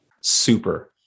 Super